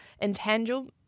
intangible